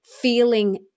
feeling